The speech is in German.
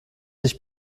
nicht